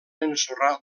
ensorrar